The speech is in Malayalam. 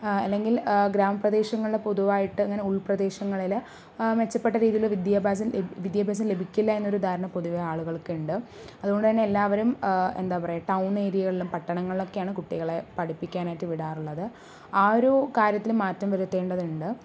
അല്ലെങ്കിൽ ഗ്രാമ പ്രദേശങ്ങളിൽ പൊതുവായിട്ട് അങ്ങനെ ഉൾപ്രദേശങ്ങളിൽ മെച്ചപ്പെട്ട രീതിയിൽ വിദ്യാഭാസ വിദ്യാഭ്യാസം ലഭിക്കില്ലയെന്നൊരു ധാരണ പൊതുവേ ആളുകൾക്കുണ്ട് അതുകൊണ്ട് തന്നെ എല്ലാവരും എന്താ പറയുക ടൗൺ ഏരിയകളിലും പട്ടണങ്ങളിലൊക്കെയാണ് കുട്ടികളെ പഠിപ്പിക്കാനായിട്ട് വിടാറുള്ളത് ആ ഒരു കാര്യത്തിൽ മാറ്റം വരുത്തേണ്ടതുണ്ട്